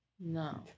No